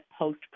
post